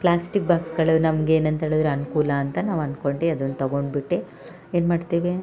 plastic ಬಾಕ್ಸ್ಗಳು ನಮ್ಗೆ ಏನಂತ ಹೇಳಿದರೆ ಅನುಕೂಲ ಅಂತ ನಾವು ಅನ್ಕೊಂಡು ಅದನ್ನು ತಗೊಂಡ್ಬಿಟ್ಟು ಏನು ಮಾಡ್ತೀವಿ